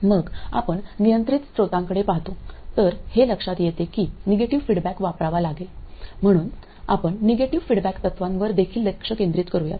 मग आपण नियंत्रित स्त्रोतांकडे पाहतो तर हे लक्षात येते की निगेटिव्ह फीडबॅक वापरावा लागेल म्हणून आपण निगेटिव्ह फीडबॅक तत्त्वांवर देखील लक्ष केंद्रित करूयात